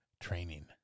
training